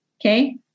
Okay